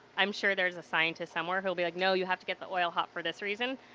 i'm sure there's a scientist somewhere who will be like, no, you have to get the oil hot for this reason.